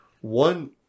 one